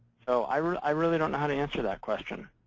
so i really i really don't know how to answer that question.